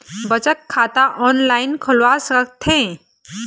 बचत खाता ऑनलाइन खोलवा सकथें?